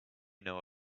know